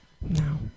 No